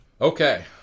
Okay